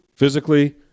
Physically